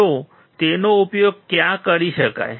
તો તેનો ઉપયોગ ક્યાં કરી શકાય